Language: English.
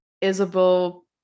isabel